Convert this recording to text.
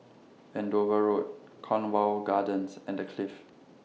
Andover Road Cornwall Gardens and The Clift